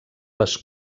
les